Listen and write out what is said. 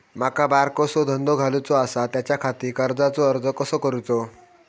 माका बारकोसो धंदो घालुचो आसा त्याच्याखाती कर्जाचो अर्ज कसो करूचो?